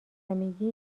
میگی